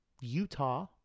utah